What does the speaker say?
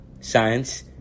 science